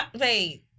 wait